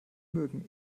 mögen